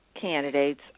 candidates